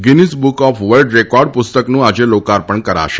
Guinness book of world record પુસ્તકનું આજે લોકાર્પણ કરાશે